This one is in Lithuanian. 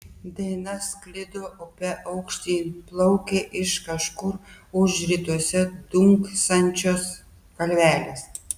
daina sklido upe aukštyn plaukė iš kažkur už rytuose dunksančios kalvelės